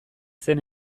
zen